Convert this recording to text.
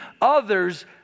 others